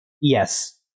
Yes